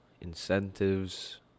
incentives